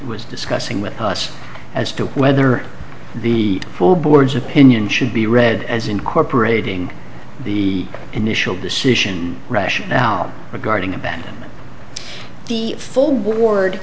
was discussing with us as to whether the board's opinion should be read as incorporating the initial decision rationale regarding abandonment the full board